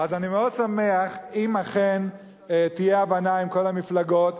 אז אני שמח אם אכן תהיה הבנה עם כל המפלגות,